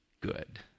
good